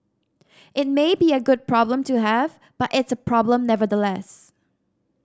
it may be a good problem to have but it's a problem nevertheless